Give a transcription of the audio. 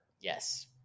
Yes